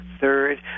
Third